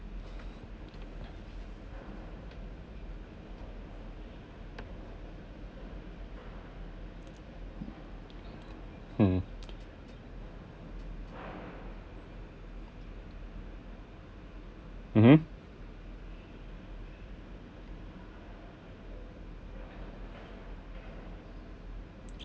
mm mmhmm